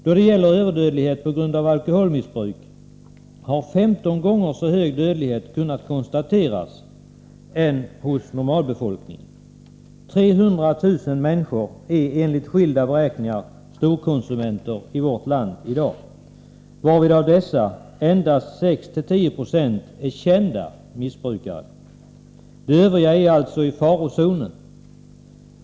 Då det gäller överdödlighet på grund av alkoholmissbruk har 15 gånger högre dödlighet kunnat konstateras hos missbrukare än hos normalbefolkningen. 300 000 människor i vårt land är i dag, enligt olika beräkningar, storkonsumenter. Endast 6-10 96 av dessa är kända missbrukare. De övriga befinner sig alltså i farozonen.